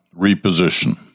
reposition